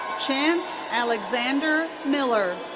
chance alexander miller.